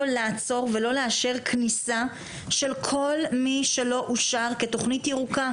לעצור ולא לאשר כניסה של כל מי שלא אושר כתוכנית ירוקה.